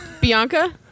Bianca